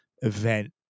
event